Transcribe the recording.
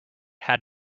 had